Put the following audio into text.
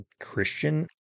Christian